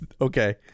okay